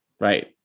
Right